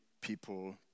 people